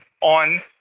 on